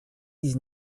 dix